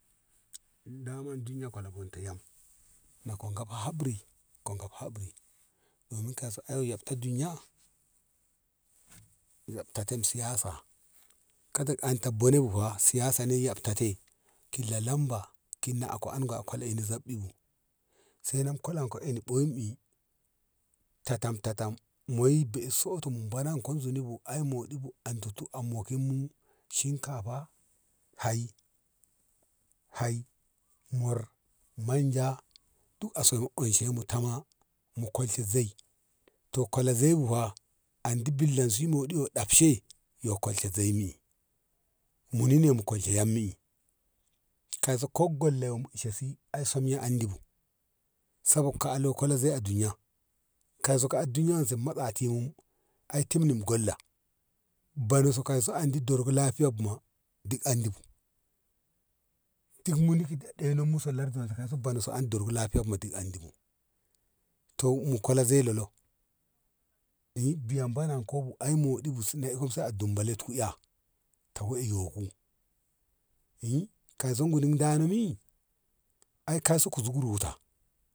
Daman duniyya kola gomta yam na koba habri koba habri domin kaiso yabta duniya yabta ton siyasa kana anto bone bu fa siyasa ne yabta tei ki la lamba ki nako ango koleni zai i bu sai na kolen ka ɓoyen bi tatam tatam moi be`i soto bonan ko zuni bu ai moɗi bu an to ta a mokin mu shinkafa hai hai mor manja duk a so dorshi tama mu kolshe zei to kole zoi bu ba andi billan su moɗi ɗabshe yo kolshe zoi mi muni ne mu kolshe yam i kaiso ko gwalla yom sesi ai somma andi bu sabogka alo zei a duniya kaiso ai duniya a matsa te nu ai tin mun galla bonan su kaiso andi dorok lafiya bu ma duk andi bu duk mu ɗeno solar ki bonansu an dorak lafiya duk andi bu to mo kole zei lolo i biyan bonan ko bu ai moɗi bu si dumbulakti eh ta iyo ku iyyi kaiso guni dano mi ai kaiso kuzik ruta.